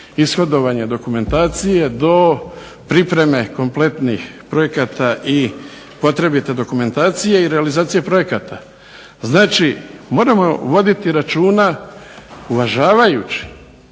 ishodovanje dokumentacije do pripreme kompletnih projekata i potrebite dokumentacije i realizacije projekata. Znači, moramo voditi račina uvažavajući